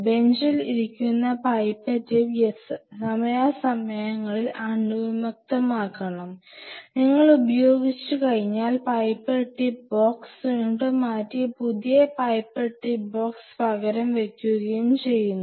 ബെഞ്ചിൽ ഇരിക്കുന്ന pipette tip സമയാസമയങ്ങളിൽ അണുവിമുക്തമാക്കണം നിങ്ങൾ ഉപയോഗിച്ച് കഴിഞ്ഞാൽ പൈപ്പറ്റ് ടിപ്പ് ബോക്സ് വീണ്ടും മാറ്റി പുതിയ പൈപ്പറ്റ് ടിപ്പ് ബോക്സ് പകരം വയ്ക്കുകയും ചെയ്യുന്നു